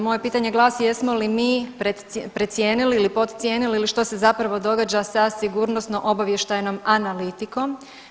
Moje pitanje glasi, jesmo li mi precijenili ili podcijenili ili što se zapravo događa sa sigurnosno obavještajnom analitikom?